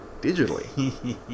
digitally